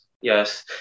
Yes